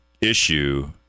issue